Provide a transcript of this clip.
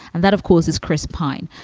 and that, of course, is chris pyne.